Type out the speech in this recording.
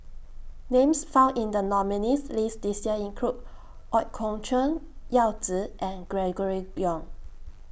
Names found in The nominees' list This Year include Ooi Kok Chuen Yao Zi and Gregory Yong